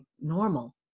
normal